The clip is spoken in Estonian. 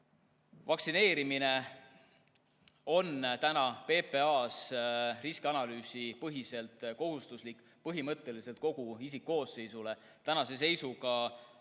vaktsineerimine on PPA‑s riskianalüüsipõhiselt kohustuslik põhimõtteliselt kogu isikkoosseisule. Tänase seisuga on